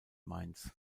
mainz